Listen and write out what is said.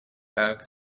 bag